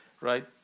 Right